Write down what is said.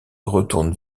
retourne